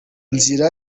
nzira